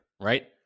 right